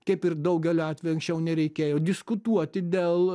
kaip ir daugeliu atveju anksčiau nereikėjo diskutuoti dėl